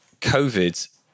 COVID